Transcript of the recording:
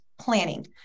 planning